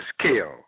scale